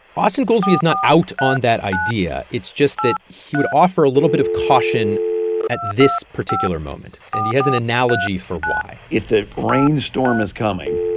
austan goolsbee is not out on that idea. it's just that he would offer a little bit of caution at this particular moment. and he has an analogy for why if the rainstorm is coming,